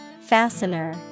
Fastener